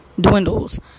dwindles